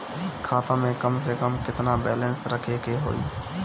खाता में कम से कम केतना बैलेंस रखे के होईं?